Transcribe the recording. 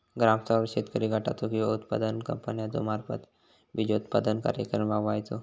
ग्रामस्तरावर शेतकरी गटाचो किंवा उत्पादक कंपन्याचो मार्फत बिजोत्पादन कार्यक्रम राबायचो?